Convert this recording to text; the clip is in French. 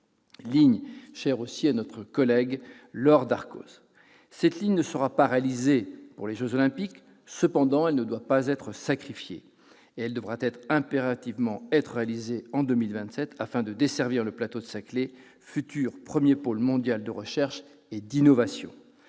ligne chère à notre collègue Laure Darcos. Cette ligne ne sera pas réalisée pour les jeux Olympiques, mais elle ne doit pas être sacrifiée. Elle devra impérativement être réalisée en 2027, afin de desservir le plateau de Saclay, futur premier pôle mondial de recherche et d'innovation.